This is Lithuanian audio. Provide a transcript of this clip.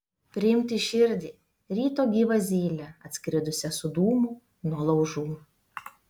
priimti į širdį ryto gyvą zylę atskridusią su dūmu nuo laužų